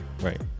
Right